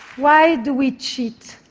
why do we cheat?